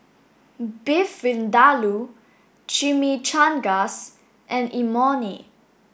Beef Vindaloo Chimichangas and Imoni